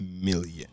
million